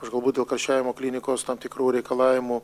aš galbūt dėl karščiavimo klinikos tam tikrų reikalavimų